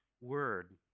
word